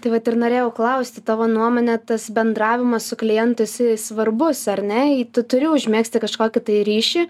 tai vat ir norėjau klausti tavo nuomone tas bendravimas su klientais svarbus ar ne i tu turi užmegzti kažkokį tai ryšį